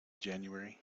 january